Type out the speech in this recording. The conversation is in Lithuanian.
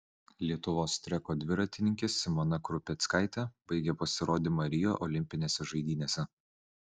lietuvos treko dviratininkė simona krupeckaitė baigė pasirodymą rio olimpinėse žaidynėse